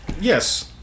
Yes